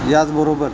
याचबरोबर